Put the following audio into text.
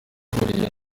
yahahuriye